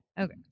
Okay